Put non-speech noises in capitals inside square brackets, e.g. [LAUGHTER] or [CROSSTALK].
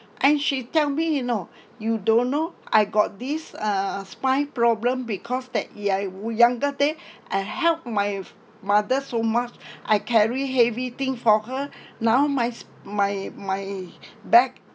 and she tell me you know you don't know I got this uh spine problem because that [NOISE] younger day I help my f~ mother so much I carry heavy thing for her now my s~ my my back